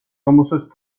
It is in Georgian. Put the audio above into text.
რომელსაც